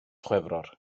chwefror